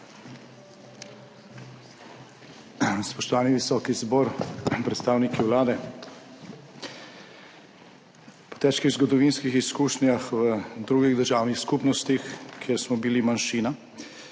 Spoštovani visoki zbor, predstavniki Vlade! Po težkih zgodovinskih izkušnjah v drugih državnih skupnostih, kjer smo bili manjšina,